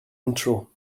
intro